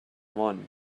one